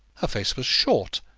her face was short,